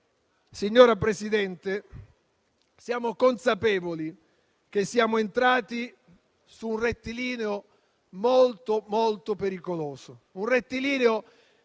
signor Presidente, siamo consapevoli che siamo entrati in un rettilineo molto pericoloso,